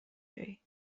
جویی